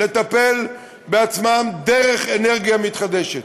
לטפל בעצמם דרך אנרגיה מתחדשת?